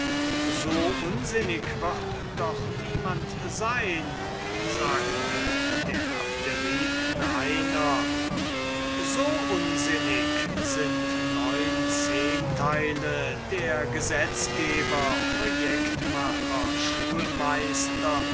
so unsinnig wird doch niemand sein sagte der abderiten einer so unsinnig sind neun zehnteile der gesetzgeber projectmacher